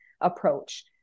approach